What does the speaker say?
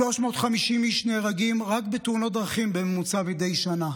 350 איש בממוצע נהרגים רק בתאונות דרכים מדי שנה.